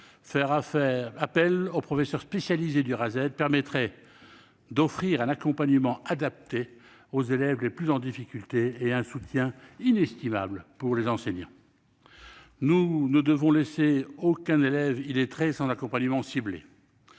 aux élèves en difficulté (Rased), ce qui permettrait d'offrir un accompagnement adapté aux élèves le plus en difficulté et un soutien inestimable pour les enseignants. Nous ne devons laisser aucun élève illettré sans accompagnement ciblé